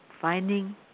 Finding